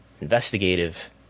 investigative